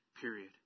Period